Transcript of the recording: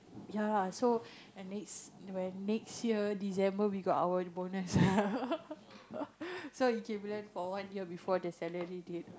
ya lah so and next when next year December we got our bonus so equivalent for one year before the salary date